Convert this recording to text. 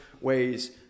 ways